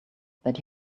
that